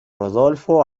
rodolfo